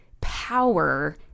power